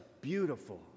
beautiful